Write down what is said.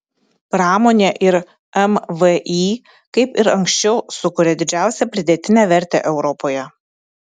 pramonė ir mvį kaip ir anksčiau sukuria didžiausią pridėtinę vertę europoje